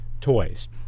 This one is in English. toys